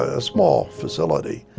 a small facility.